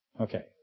Okay